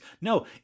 No